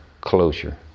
closure